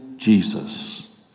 Jesus